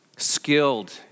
skilled